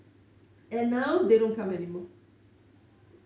and now they don't come anymore